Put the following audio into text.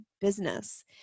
business